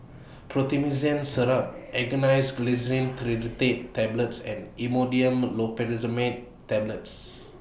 Syrup Angised Glyceryl Trinitrate Tablets and Imodium Tablets